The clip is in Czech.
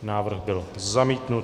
Návrh byl zamítnut.